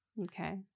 Okay